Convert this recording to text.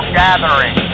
gathering